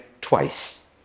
twice